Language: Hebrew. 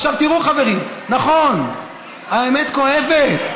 עכשיו, תראו, חברים, נכון, האמת כואבת.